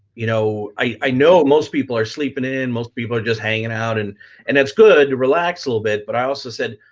you know i know most people are sleepin' in, most people are just hangin' out and and that's good to relax a little bit, but i also said,